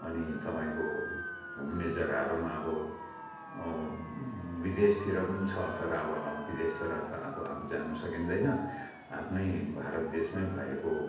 अनि तपाईँको घुम्ने जग्गाहरू पनि अब विदेशतिर पनि छ तर अब आ विदेशतिर त अब आफु जानु सकिँदैन आफ्नै भारत देशमै भएको